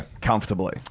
comfortably